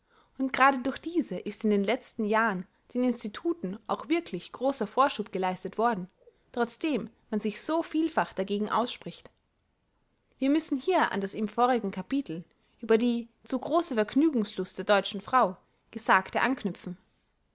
und grade durch diese ist in den letzten jahren den instituten auch wirklich großer vorschub geleistet worden trotzdem man sich so vielfach dagegen ausspricht wir müssen hier an das im vorigen kapitel über die zu große vergnügungslust der deutschen frau gesagte anknüpfen